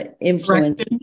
influence